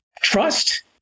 trust